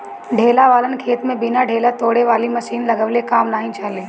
ढेला वालन खेत में बिना ढेला तोड़े वाली मशीन लगइले काम नाइ चली